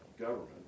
government